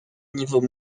niveau